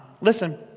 listen